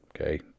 Okay